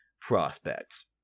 prospects